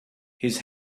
his